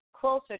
closer